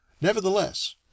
Nevertheless